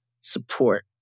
support